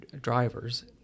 drivers